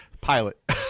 pilot